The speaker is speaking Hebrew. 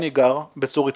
אני גר בצור יצחק,